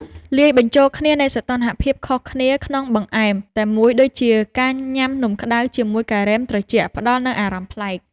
លាយបញ្ចូលគ្នានៃសីតុណ្ហភាពខុសគ្នាក្នុងបង្អែមតែមួយដូចជាការញ៉ាំនំក្ដៅជាមួយការ៉េមត្រជាក់ផ្ដល់នូវអារម្មណ៍ប្លែក។